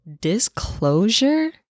disclosure